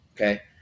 Okay